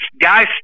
guys